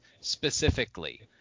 specifically